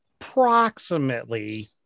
approximately